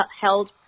held